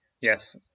Yes